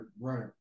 right